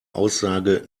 aussage